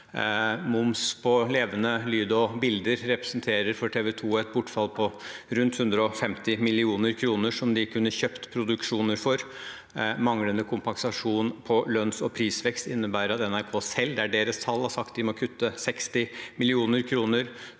Moms på levende lyd og bilder representerer for TV 2 et bortfall på rundt 150 mill. kr, som de kunne kjøpt produksjoner for. Manglende kompensasjon for lønns- og prisvekst innebærer at NRK selv – det er deres tall – sier de må kutte 60 mill. kr.